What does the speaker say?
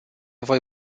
voi